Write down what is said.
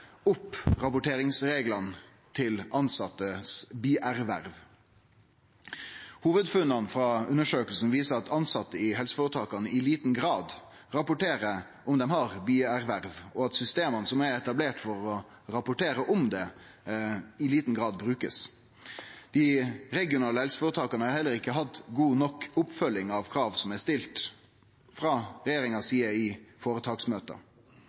opp rapporteringsreglane for bierverva til dei tilsette. Hovudfunna frå undersøkinga viser at tilsette i helseføretaka i liten grad rapporterer om at dei har bierverv, og at systema som er etablerte for å rapportere om det, i liten grad blir brukte. Dei regionale helseføretaka har heller ikkje hatt god nok oppfølging av krav som er stilte frå regjeringa si side i